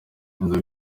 inzoka